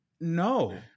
No